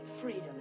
freedom